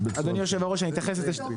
אדוני היושב-ראש, אני אתן שתי